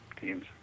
teams